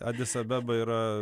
adis abeba yra